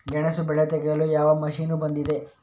ಗೆಣಸು ಬೆಳೆ ತೆಗೆಯಲು ಯಾವ ಮಷೀನ್ ಬಂದಿದೆ?